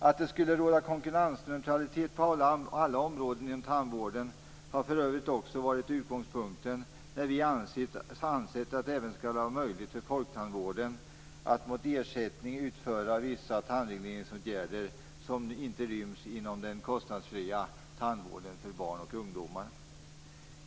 Att det skall råda konkurrensneutralitet på alla områden inom tandvården har för övrigt också varit utgångspunkten när vi har ansett att det skall vara möjligt även för folktandvården att mot ersättning utföra vissa tandregleringsåtgärder som inte ryms inom den kostnadsfria tandvården för barn och ungdomar.